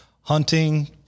hunting